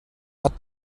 hat